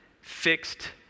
fixed